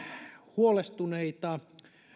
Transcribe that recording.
huolestuneita